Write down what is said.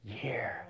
Year